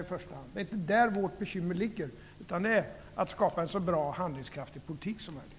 Det är inte där vårt bekymmer ligger, utan det är att skapa en så bra och handlingskraftig politik som möjligt.